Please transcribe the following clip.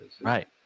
Right